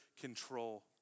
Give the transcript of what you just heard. control